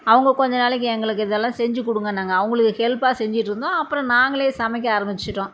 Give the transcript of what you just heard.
அவங்க கொஞ்ச நாளைக்கு எங்களுக்கு இதெல்லாம் செஞ்சி கொடுங்கன்னாங்க அவங்களுக்கு ஹெல்ப்பாக செஞ்சிட்டுருந்தோம் அப்புறம் நாங்களே சமைக்க ஆரம்பிச்சிட்டோம்